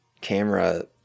camera